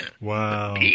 Wow